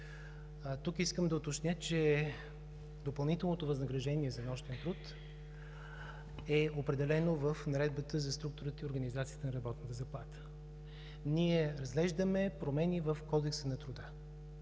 Тук искам да уточня, че допълнителното възнаграждение за нощен труд е определено в Наредбата за структурата и организацията на работната заплата. Ние разглеждаме промени в Кодекса на труда.